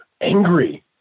angry